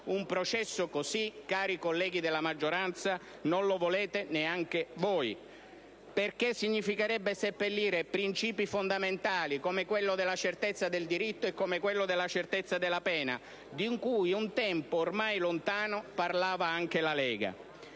Un processo così, onorevoli colleghi della maggioranza, non lo volete neanche voi, perché significherebbe seppellire principi fondamentali, come quello della certezza del diritto e quello della certezza della pena, di cui un tempo ormai lontano parlava anche la Lega